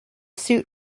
suit